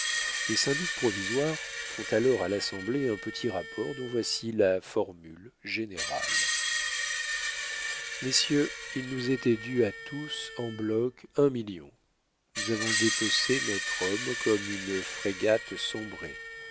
les syndics provisoires font alors à l'assemblée un petit rapport dont voici la formule générale messieurs il nous était dû à tous en bloc un million nous avons dépecé notre homme comme une frégate sombrée